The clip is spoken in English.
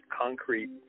concrete